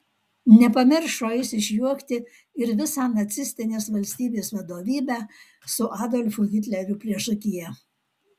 nepamiršo jis išjuokti ir visą nacistinės valstybės vadovybę su adolfu hitleriu priešakyje